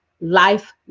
life